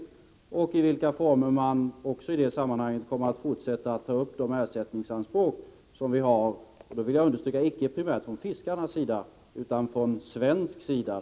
Jag vill också fråga i vilka former man i det sammanhanget kommer att fortsätta att ta upp ersättningsanspråken; icke primärt från fiskarnas sida, det vill jag understryka, utan från svensk sida.